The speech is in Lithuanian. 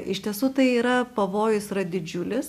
iš tiesų tai yra pavojus yra didžiulis